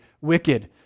wicked